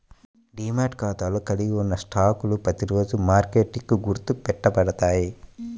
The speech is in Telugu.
డీమ్యాట్ ఖాతాలో కలిగి ఉన్న స్టాక్లు ప్రతిరోజూ మార్కెట్కి గుర్తు పెట్టబడతాయి